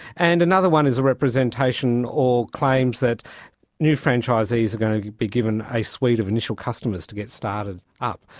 and another one is representation or claims that new franchisees are going to be given a suite of initial customers to get started up.